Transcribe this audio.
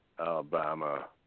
Alabama